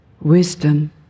Wisdom